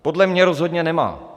Podle mě rozhodně nemá.